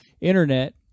Internet